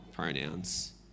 pronouns